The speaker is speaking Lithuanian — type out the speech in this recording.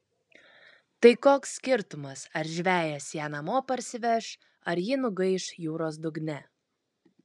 tai koks skirtumas ar žvejas ją namo parsiveš ar ji nugaiš jūros dugne